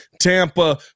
Tampa